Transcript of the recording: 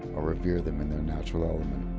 or revere them in their natural element.